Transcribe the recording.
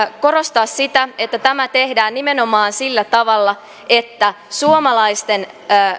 korostaa sitä että tämä tehdään nimenomaan sillä tavalla että suomalaisten